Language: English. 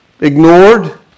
ignored